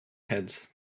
heads